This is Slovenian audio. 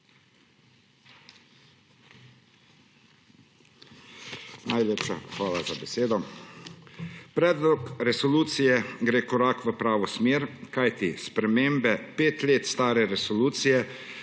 Najlepša hvala za besedo. Predlog resolucije gre korak v pravo smer, kajti spremembe 5 let stare resolucije